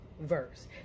verse